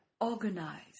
Organize